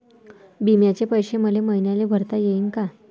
बिम्याचे पैसे मले हर मईन्याले भरता येईन का?